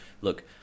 look